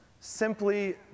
simply